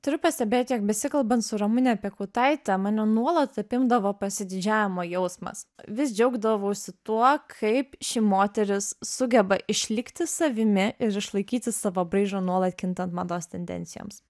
turiu pastebėt jog besikalbant su ramune piekautaite mane nuolat apimdavo pasididžiavimo jausmas vis džiaugdavausi tuo kaip ši moteris sugeba išlikti savimi ir išlaikyti savo braižą nuolat kintant mados tendencijoms